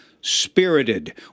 spirited